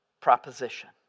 proposition